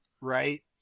right